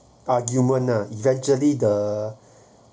argument uh eventually the